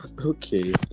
okay